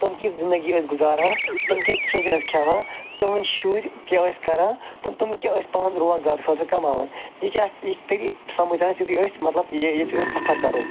تِم کِژھ زندگی ٲسۍ گُزاران تِم کیٛاہ کھٮ۪ن چٮ۪ن ٲسۍ کھٮ۪وان تٕہٕنٛدۍ شُرۍ کیٛاہ ٲسۍ کران تِم تِم کیٛاہ ٲسۍ پانہٕ روزگار خٲطرٕ کماوان یہِ چھِ اَسہِ یہِ چھِ تٔتی سَمجھ تران یُتھُے أسۍ مطلب یہِ یُتھُے أسۍ سفر کَرَو